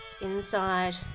inside